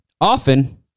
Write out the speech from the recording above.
often